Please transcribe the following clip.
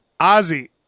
Ozzy